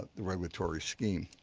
the regulatory scheme.